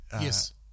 yes